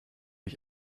ich